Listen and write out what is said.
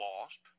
lost